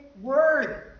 word